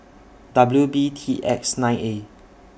W B T X nine A